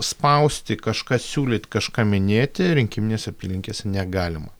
spausti kažką siūlyt kažką minėti rinkiminėse apylinkėse negalima